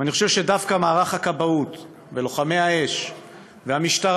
אני חושב שדווקא מערך הכבאות ולוחמי האש והמשטרה